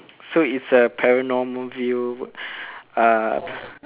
so it's a panorama view uh